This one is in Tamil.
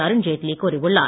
அருண்ஜேட்லி கூறியுள்ளார்